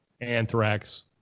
Anthrax